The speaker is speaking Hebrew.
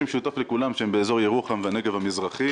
משותף לכולם שהם באזור ירוחם והנגב המזרחי.